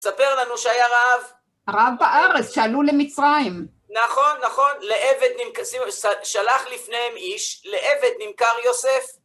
ספר לנו שהיה רב. רב בארץ, שעלו למצרים. נכון, נכון. לעבד נמכר... שלח לפניהם איש. לעבד נמכר יוסף.